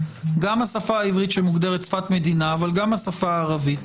גם השפה העברית שמוגדרת שפת מדינה אבל גם השפה הערבית.